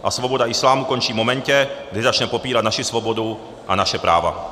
A svoboda islámu končí v momentě, kdy začne popírat naši svobodu a naše práva.